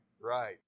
Right